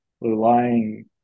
relying